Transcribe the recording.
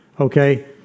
Okay